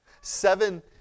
Seven